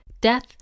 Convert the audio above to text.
death